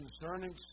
concerning